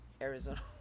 Arizona